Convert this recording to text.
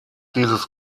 dieses